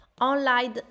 online